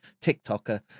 TikToker